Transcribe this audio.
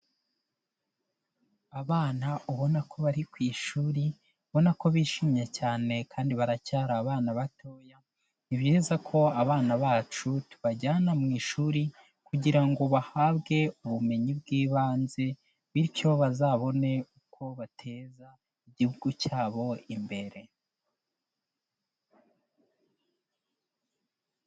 Abana ubona ko bari ku ishuri, ubona ko bishimye cyane kandi baracyari abana batoya, ni byiza ko abana bacu tubajyana mu ishuri kugira ngo bahabwe ubumenyi bw'ibanze, bityo bazabone uko bateza igihugu cyabo imbere.